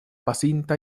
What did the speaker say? pasinta